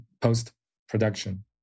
post-production